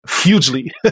hugely